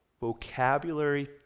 Vocabulary